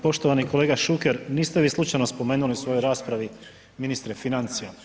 Poštovani kolega Šuker, niste vi slučajno spomenuti u svojoj raspravi ministre financija.